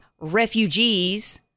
refugees